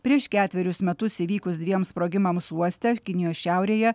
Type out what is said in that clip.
prieš ketverius metus įvykus dviem sprogimams uoste kinijos šiaurėje